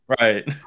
Right